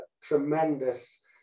tremendous